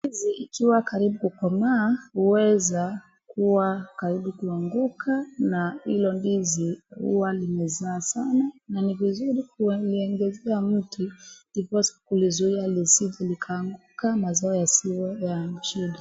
Ndizi ikiwa karibu kukomaa, huweza kuwa karibu kuanguka na hilo ndizi huwa limezaa sana, na ni vizuri kuwa waliongezea mti, ndiposa kulizuia lisije likaanguka, mazao yasiwe ya mchini,